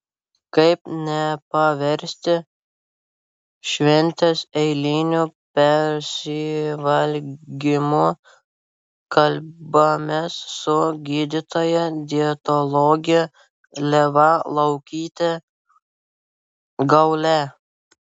kaip nepaversti šventės eiliniu persivalgymu kalbamės su gydytoja dietologe ieva laukyte gaule